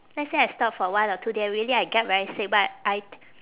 let's say I stop for one or two day I really I get very sick but I